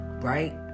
right